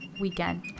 weekend